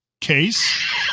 case